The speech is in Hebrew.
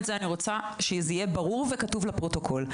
אני רוצה שזה יהיה ברור וכתוב בפרוטוקול.